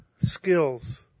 skills